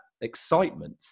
excitement